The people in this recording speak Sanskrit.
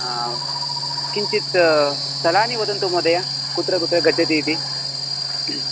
किञ्चित् स्थलानि वदन्तु महोदय कुत्र कुत्र गच्छतीति